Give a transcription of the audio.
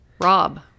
Rob